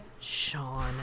Sean